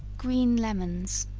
green lemons.